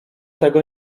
tego